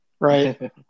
Right